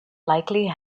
likely